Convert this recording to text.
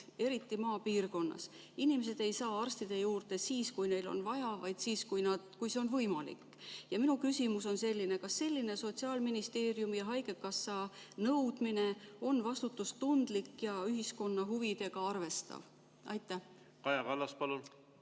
eriti maapiirkondades. Inimesed ei saa arsti juurde siis, kui neil on vaja, vaid siis, kui see on võimalik. Minu küsimus on selline. Kas säärane Sotsiaalministeeriumi ja haigekassa nõudmine on vastutustundlik ja ühiskonna huvidega arvestav? Kaja Kallas, palun!